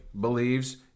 believes